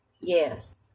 Yes